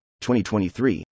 2023